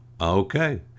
Okay